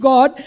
God